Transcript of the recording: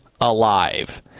Alive